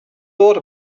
thought